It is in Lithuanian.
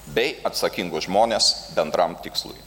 bei atsakingus žmones bendram tikslui